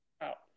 out